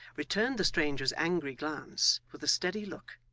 returned the stranger's angry glance with a steady look,